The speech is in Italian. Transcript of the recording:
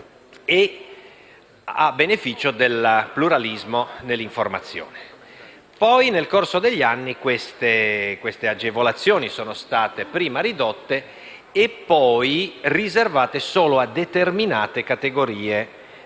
e a beneficio del pluralismo dell'informazione. Nel corso degli anni, queste agevolazioni sono state prima ridotte e, poi, riservate solo a determinate categorie di giornali